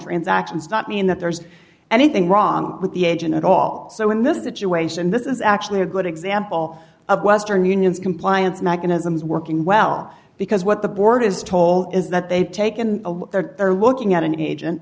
transactions not mean that there's anything wrong with the agent at all so in this situation this is actually a good example of western union's compliance mechanisms working well because what the board is told is that they've taken a look there they're looking at an age